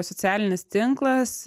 socialinis tinklas